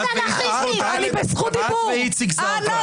את ואיציק זרקא.